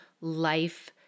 life